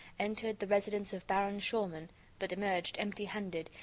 entered the residence of baron schormann, but emerged empty-handed,